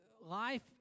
life